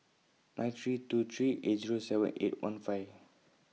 nine three two three eight Zero seven eight one five